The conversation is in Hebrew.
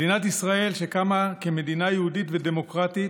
מדינת ישראל, שקמה כמדינה יהודית ודמוקרטית,